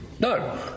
No